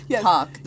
talk